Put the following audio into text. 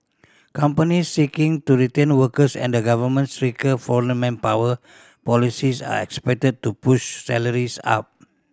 companies seeking to retain workers and the government's stricter foreign manpower policies are expected to push salaries up